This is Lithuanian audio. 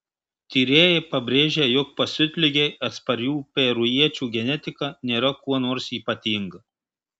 tyrėjai pabrėžia jog pasiutligei atsparių perujiečių genetika nėra kuo nors ypatinga